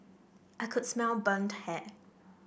I could smell burnt hair